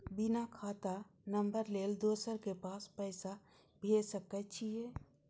बिना खाता नंबर लेल दोसर के पास पैसा भेज सके छीए?